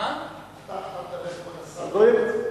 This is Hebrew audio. אתה מדבר, כבוד השר, אל הציבור.